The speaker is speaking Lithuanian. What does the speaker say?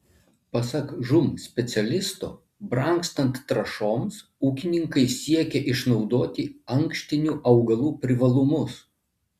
pasak žūm specialisto brangstant trąšoms ūkininkai siekia išnaudoti ankštinių augalų privalumus